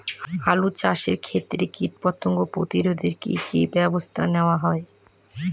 আলু চাষের ক্ষত্রে কীটপতঙ্গ প্রতিরোধে কি কী ব্যবস্থা নেওয়া হয়?